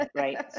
right